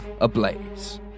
ablaze